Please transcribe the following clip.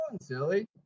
silly